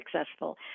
successful